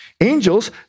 Angels